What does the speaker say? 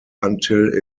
until